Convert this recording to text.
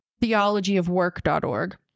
theologyofwork.org